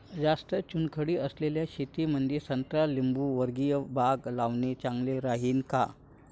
जास्त चुनखडी असलेल्या शेतामंदी संत्रा लिंबूवर्गीय बाग लावणे चांगलं राहिन का?